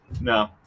No